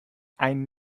ein